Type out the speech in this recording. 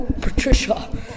Patricia